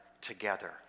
together